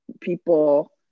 people